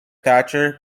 thatcher